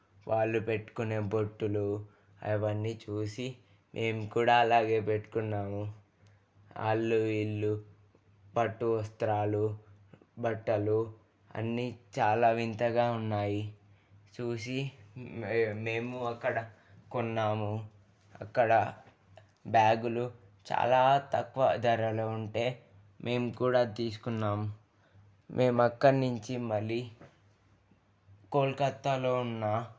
వాళ్ళు పెట్టుకునే బొట్టులు అవన్నీ చూసి మేము కూడా అలాగే పెట్టుకున్నాము వాళ్ళు ఇళ్ళు పట్టు వస్త్రాలు బట్టలు అన్ని చాలా వింతగా ఉన్నాయి చూసి మేము అక్కడ కొన్నాము అక్కడ బ్యాగులు చాలా తక్కువ ధరలు ఉంటే మేము కూడా తీసుకున్నాం మేము అక్కడి నుంచి మళ్ళీ కోల్కత్తాలో ఉన్న